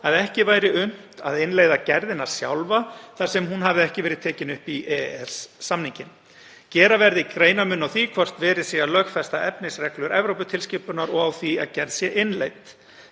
að ekki væri unnt að innleiða gerðina sjálfa þar sem hún hefði ekki verið tekin upp í EES-samninginn. Gera verði greinarmun á því hvort verið sé að lögfesta efnisreglur Evróputilskipunar og á því að gerð sé innleidd.